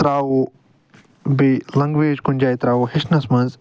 تراوو بیٚیہِ لٮ۪نگوٮ۪ج کُن جاے تراوو ہٮ۪چھنس منٛز